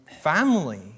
family